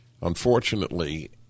Unfortunately